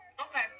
Okay